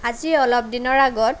আজি অলপদিনৰ আগত